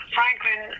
Franklin